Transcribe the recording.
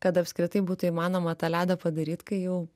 kad apskritai būtų įmanoma tą ledą padaryt kai jau